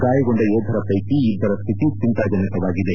ಗಾಯಗೊಂಡ ಯೋಧರ ಪೈಕಿ ಇಬ್ಲರ ಸ್ಥಿತಿ ಚಿಂತಾಜನಕವಾಗಿದೆ